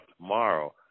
tomorrow